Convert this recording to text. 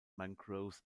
mangroves